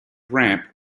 ramp